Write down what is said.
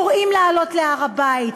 קוראים לעלות להר-הבית,